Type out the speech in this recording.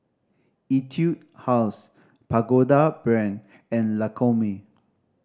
Etude House Pagoda Brand and Lancome